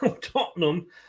Tottenham